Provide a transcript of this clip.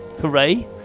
Hooray